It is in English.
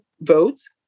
votes